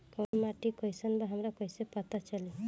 कोउन माटी कई सन बा हमरा कई से पता चली?